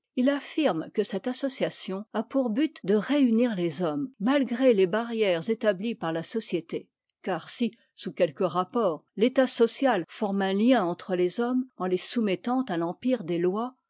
h affirme que cette association a pour but de réunir les hommes malgré les barrières établies par la société car si sous quelques rapports l'état social forme un lien entre les hommes en les soumettant à l'empire des lois